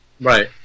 Right